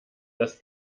dass